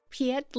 Piet